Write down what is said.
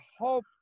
hope